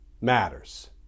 matters